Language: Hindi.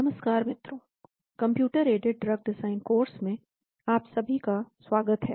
नमस्कार मित्रों computer aided drug design course में आपका सभी का स्वागत है